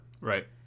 Right